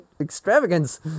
extravagance